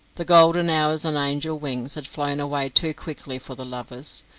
the golden hours on angel wings had flown away too quickly for the lovers.